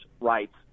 rights